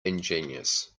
ingenious